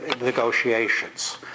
negotiations